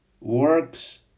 works